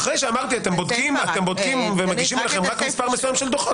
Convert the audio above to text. אחרי שאמרתי שאתם בודקים ומגישים אליכם רק מספר מסוים של דוחות,